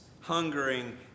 hungering